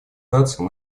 наций